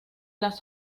las